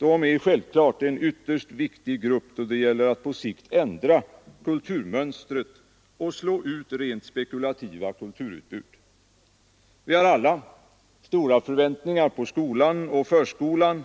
är självklart en ytterst viktig grupp då det gäller att på sikt ändra kulturmönstret och slå ut rent spekulativa kulturutbud. Vi har alla stora förväntningar på skolan och förskolan